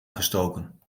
gestoken